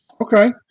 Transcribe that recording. okay